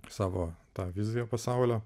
savo tą viziją pasaulio